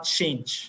change